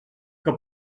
que